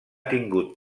tingut